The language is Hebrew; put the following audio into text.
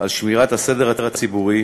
לשמירת הסדר הציבורי,